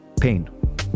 Pain